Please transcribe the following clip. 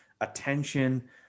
attention